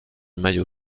maillot